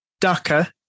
Daka